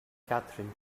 catherine